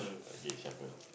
okay shuffle